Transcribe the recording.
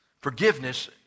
forgiveness